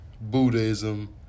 Buddhism